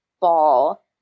Ball